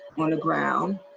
on the ground.